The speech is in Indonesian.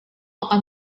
akan